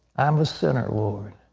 i'm a sinner, lord.